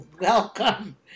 Welcome